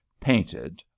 painted